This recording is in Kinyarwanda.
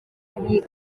ari